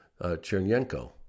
Chernyenko